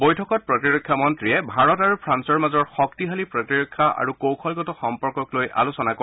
বৈঠকত প্ৰতিৰক্ষা মন্ত্ৰীয়ে ভাৰত আৰু ফ্ৰান্সৰ মাজৰ শক্তিশালী প্ৰতিৰক্ষা আৰু কৌশলগত সম্পৰ্কক লৈ আলোচনা কৰে